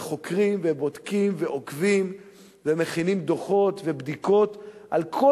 וחוקרים ובודקים ועוקבים ומכינים דוחות ובדיקות על כל